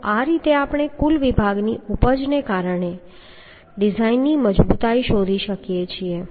તો આ રીતે આપણે કુલ વિભાગની ઉપજ ને કારણે ડિઝાઇનની મજબૂતાઈ શોધી શકીએ છીએ